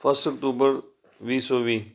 first ਅਕਤੂਬਰ ਵੀਹ ਸੌ ਵੀਹ